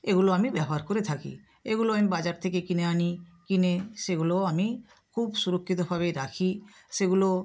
এগুলো আমি ব্যবহার করে থাকি এগুলো আমি বাজার থেকে কিনে আনি কিনে সেগুলোও আমি খুব সুরক্ষিতভাবে রাখি সেগুলো